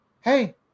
hey